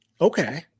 okay